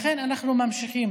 לכן אנחנו ממשיכים.